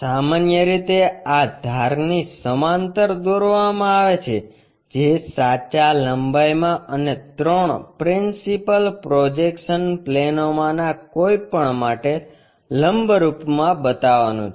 સામાન્ય રીતે આ ધારની સમાંતર દોરવામાં આવે છે જે સાચા લંબાઈમાં અને ત્રણ પ્રિન્સિપલ પ્રોજેક્શન પ્લેનોમાંના કોઈપણ માટે લંબરૂપમાં બતાવવાનું છે